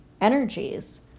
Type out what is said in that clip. energies